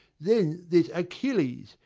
then there's achilles,